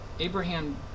Abraham